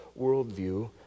worldview